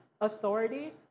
authority